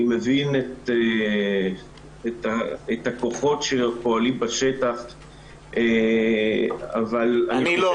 אני מבין את הכוחות שפועלים בשטח --- אני לא.